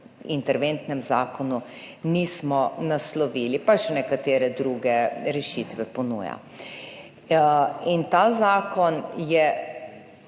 interventnem zakonu nismo naslovili, pa še nekatere druge rešitve ponuja. In ta zakon je